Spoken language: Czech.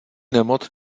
nemoc